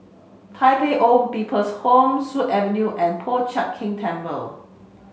Tai Pei Old People's Home Sut Avenue and Po Chiak Keng Temple